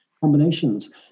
combinations